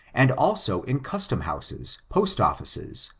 and also in custom-houses, post-offices,